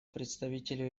представителю